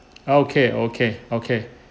okay okay okay